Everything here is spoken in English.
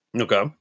Okay